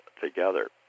together